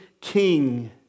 king